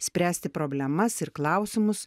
spręsti problemas ir klausimus